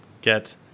get